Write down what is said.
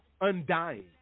undying